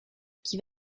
qui